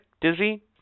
Dizzy